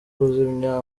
kuzimya